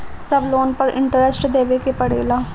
सब लोन पर इन्टरेस्ट देवे के पड़ेला?